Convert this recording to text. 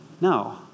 No